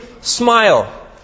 smile